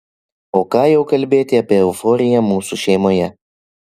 o ką jau kalbėti apie euforiją mūsų šeimoje